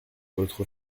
votre